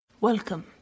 Welcome